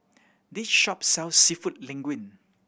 this shop sells Seafood Linguine